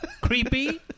Creepy